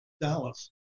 Dallas